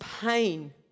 pain